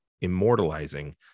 immortalizing